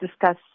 discuss